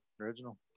original